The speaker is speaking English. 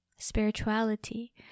spirituality